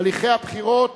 הליכי הבחירות